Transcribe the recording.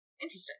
Interesting